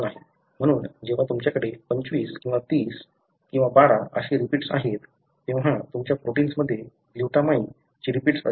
म्हणून जेव्हा तुमच्याकडे 25 किंवा 30 किंवा 12 अशी रिपीट्स आहेत तेव्हा तुमच्या प्रोटिन्समध्ये ग्लूटामाइन ची रिपीट्स असतील